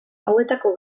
hauetako